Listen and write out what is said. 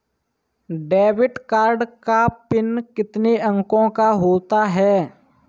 Debit card का PIN कितने अंकों का होता है?